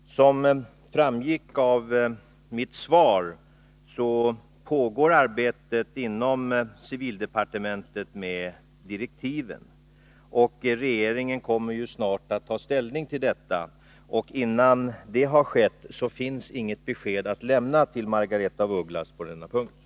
Herr talman! Som framgick av mitt svar pågår inom civildepartementet arbetet med direktiven. Regeringen kommer snart att ta ställning till dem, och innan det har skett finns det inget besked att lämna till Margaretha af Ugglas på den punkten.